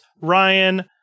Ryan